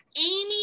amy